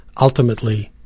ultimately